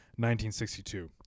1962